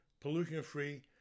pollution-free